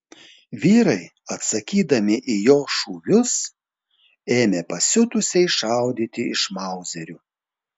vyrai atsakydami į jo šūvius ėmė pasiutusiai šaudyti iš mauzerių